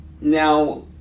Now